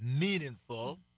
meaningful